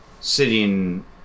sitting